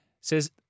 says